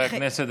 חברי הכנסת,